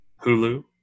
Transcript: Hulu